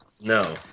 No